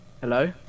Hello